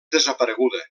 desapareguda